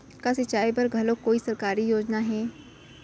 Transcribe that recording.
का सिंचाई बर घलो कोई सरकारी योजना हे?